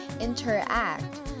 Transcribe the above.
interact